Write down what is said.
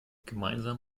gemeinsam